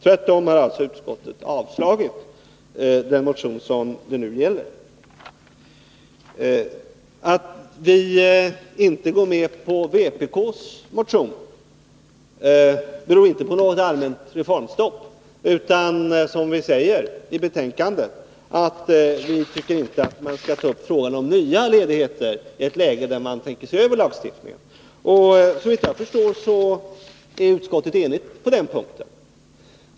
Tvärtom har utskottet avstyrkt motionen. 39 Att vi inte går med på vpk:s motion beror inte på något allmänt reformstopp utan på att vi, som vi säger i betänkandet, inte anser att man skallta upp frågan om möjligheter till nya ledigheter i ett läge där man ämnar se över lagstiftningen. Såvitt jag förstår är utskottet enigt på den punkten.